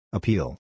Appeal